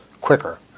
quicker